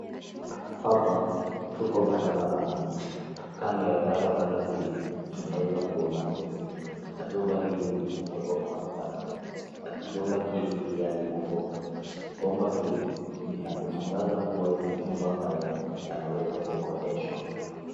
Hapa tuko barabarani. Kando ya barabara hii tunaweza kuona jumba. Jumba hili lina ghorofa tatu. Jumba hili pia lina bomba. Bomba hili ni la kutangaza kuwa majumba haya yanaweza kukodeshwa.